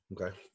Okay